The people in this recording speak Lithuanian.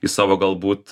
į savo galbūt